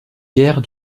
guère